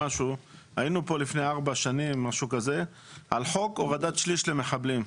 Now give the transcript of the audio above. היינו פה לפני כארבע שנים על חוק הורדת שליש למחבלים,